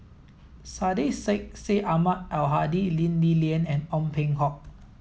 Syed Sheikh Syed Ahmad Al Hadi Lee Li Lian and Ong Peng Hock